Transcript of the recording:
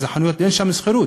אז לחנויות אין שם שכירות,